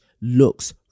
looks